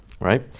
right